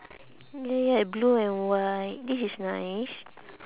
ya ya blue and white this is nice